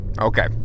Okay